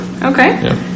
Okay